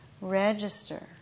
register